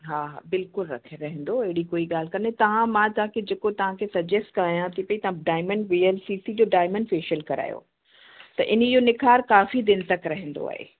हा हा बिल्कुलु रखे रहंदो अहिड़ी कोई ॻाल्हि कोन्हे तव्हां मां तव्हां खे जेको तव्हां खे सजेस्ट कयां थी पई तव्हां diamond V L C C जो डायमंड फ़ेशियल करायो त इन्हीअ जो निखार काफ़ी दिन तक रहंदो आहे